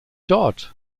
dort